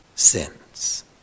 sins